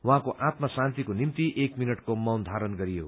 उहाँको आत्मा शान्तिको निम्ति एक मिनटको मौन धारण गरियो